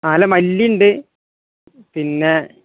നല്ല മല്ലിയുണ്ട് പിന്നെ